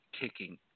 kicking